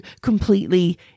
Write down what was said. completely